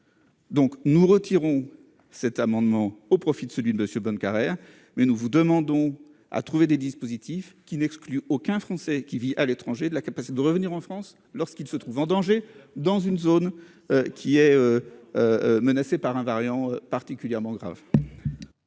Donc, nous retirons cet amendement au profit de celui de monsieur Bonnecarrere, mais nous vous demandons à trouver des dispositifs qui n'exclut aucun Français qui vit à l'étranger, de la capacité de revenir en France, lorsqu'il se trouve en danger dans une zone qui est menacé par un variant particulièrement grave.